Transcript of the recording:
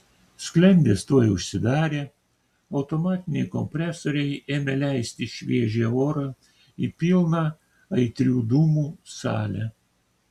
sklendės tuoj užsidarė automatiniai kompresoriai ėmė leisti šviežią orą į pilną aitrių dūmų salę